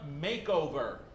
Makeover